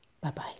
Bye-bye